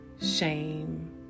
shame